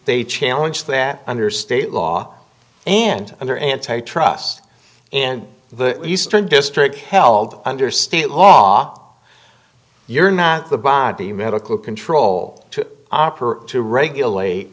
they challenge that under state law and under antitrust and the eastern district held under state law you're not the body medical control to operate to regulate